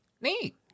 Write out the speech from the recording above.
Neat